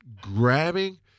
grabbing